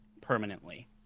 permanently